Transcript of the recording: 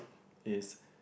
is